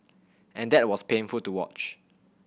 and that was painful to watch